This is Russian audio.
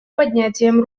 поднятием